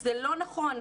זה לא נכון.